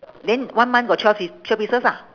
then one month got twelve piece twelve pieces ah